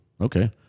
Okay